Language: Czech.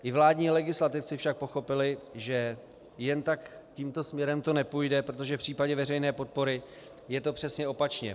I vládní legislativci však pochopili, že jen tak tímto směrem to nepůjde, protože v případě veřejné podpory je to přesně opačně.